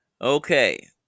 Okay